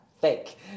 fake